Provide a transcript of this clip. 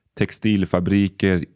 textilfabriker